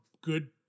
good